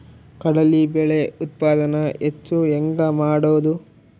ಕಡಲಿ ಬೇಳೆ ಉತ್ಪಾದನ ಹೆಚ್ಚು ಹೆಂಗ ಮಾಡೊದು?